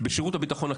בשירות הביטחון הכללי,